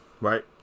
Right